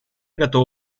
готова